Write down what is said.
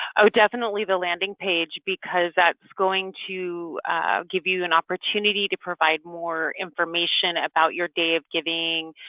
oh, definitely the landing page because that's going to give you an opportunity to provide more information about your day of giving